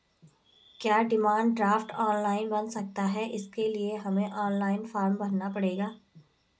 क्या demand draft online बन सकता है इसके लिए हमें ऑनलाइन फॉर्म भरना पड़ेगा?